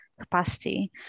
capacity